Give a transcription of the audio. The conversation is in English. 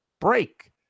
break